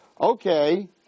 okay